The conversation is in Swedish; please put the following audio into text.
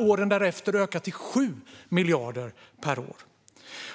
Åren därefter ökar det till 7 miljarder per år.